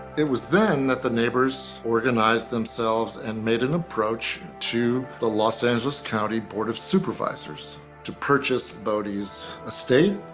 it was then that the neighbors organized themselves and made an approach to the los angeles county board of supervisors to purchase boddy's estate.